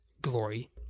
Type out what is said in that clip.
glory